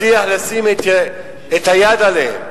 מצליח לשים את היד עליהם.